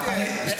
אל תהיה --- מתן,